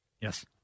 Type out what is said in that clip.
yes